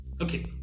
okay